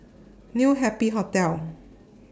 New Happy Hotel